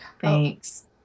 Thanks